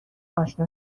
اشنا